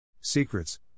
Secrets